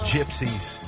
Gypsies